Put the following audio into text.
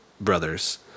brother's